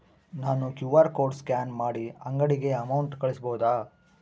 ನಾನು QR code scan ಮಾಡಿ ಅಂಗಡಿಗೆ ಅಮೌಂಟ್ ಕಳಿಸಬಹುದಾ?